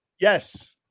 yes